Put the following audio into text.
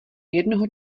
jednoho